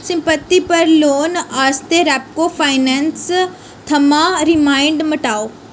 संपत्ति पर लोन आस्तै रेप्को फाइनैंस थमां रिमाइंड मिटाओ